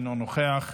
אינו נוכח,